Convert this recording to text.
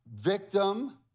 victim